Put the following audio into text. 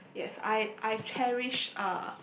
yes I I cherish uh